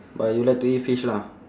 but you like to eat fish lah